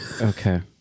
okay